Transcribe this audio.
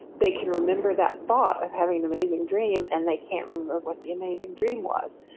they can remember that thought of having amazing dream and they can't remember what the amazing dream was.